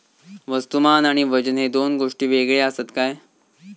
वस्तुमान आणि वजन हे दोन गोष्टी वेगळे आसत काय?